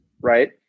right